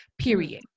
period